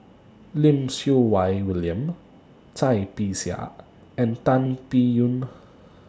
Lim Siew Wai William Cai Bixia and Tan Biyun